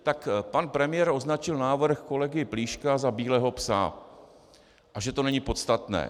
Tak pan premiér označil návrh kolegy Plíška za bílého psa a že to není podstatné.